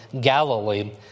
Galilee